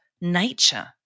nature